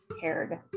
Cared